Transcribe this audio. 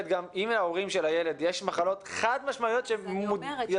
אם להורים של הילד יש מחלות חד משמעיות --- אז אני אומרת,